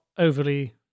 overly